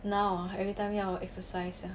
now orh everytime 要 exercise ah